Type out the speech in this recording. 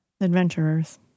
adventurers